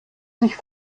sich